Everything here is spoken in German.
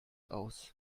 aus